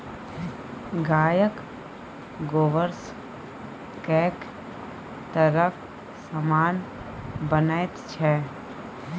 गायक गोबरसँ कैक तरहक समान बनैत छै